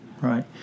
Right